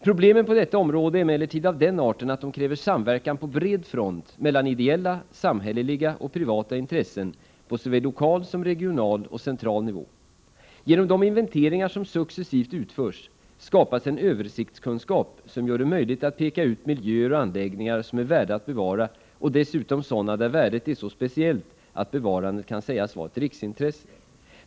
Problemen på detta område är emellertid av den arten att de kräver samverkan på bred front mellan ideella, samhälleliga och privata intressen på såväl lokal som regional och central nivå. Genom de inventeringar som successivt utförs skapas en översiktskunskap som gör det möjligt att peka ut miljöer och anläggningar som är värda att bevara och dessutom sådana där värdet är så speciellt att bevarandet kan sägas vara ett riksintresse.